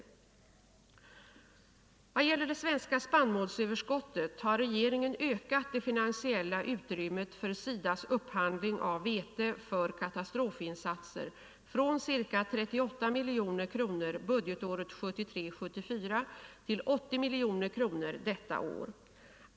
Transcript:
49 Vad gäller det svenska spannmålsöverskottet har regeringen ökat det finansiella utrymmet för SIDA:s upphandling av vete för katastrofinsatser från ca 38 miljoner kronor budgetåret 1973/74 till 80 miljoner kronor detta år.